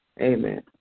Amen